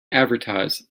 advertise